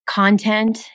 content